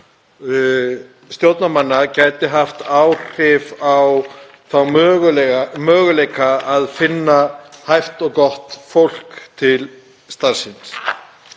stjórnarmanna gætu haft áhrif á möguleika á að finna hæft og gott fólk til starfsins.